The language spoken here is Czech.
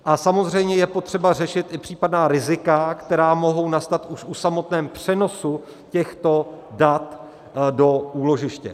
A samozřejmě je potřeba řešit i případná rizika, která mohou nastat už při samotném přenosu těchto dat do úložiště.